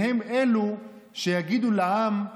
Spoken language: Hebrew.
והם אלו שיגידו לעם: